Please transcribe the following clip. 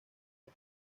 por